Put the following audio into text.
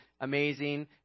amazing